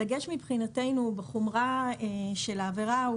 הדגש מבחינתנו בחומרה של העבירה הוא